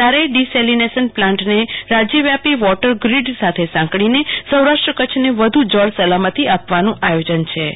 યારેથ desalination પ્લાન્ટને રાજ્યવ્યાપી water grid સાથે સાંકળીને સૌરાષ્ટ્ર કચ્છને વધુ જળ સલામતિ આપવાનું આયોજન છે